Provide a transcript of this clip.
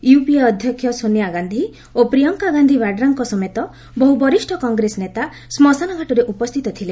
UPA ଅଧ୍ୟକ୍ଷ ସୋନିଆ ଗାନ୍ଧି ଓ ପ୍ରିୟଙ୍କା ଗାନ୍ଧି ବାଡ୍ରାଙ୍କ ସମେତ ବହୁ ବରିଷ୍ଠ କଂଗ୍ରେସ ନେତା ଶ୍କଶାନଘାଟରେ ଉପସ୍ଥିତ ଥିଲେ